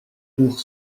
pour